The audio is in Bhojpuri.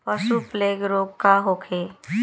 पशु प्लग रोग का होखे?